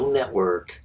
Network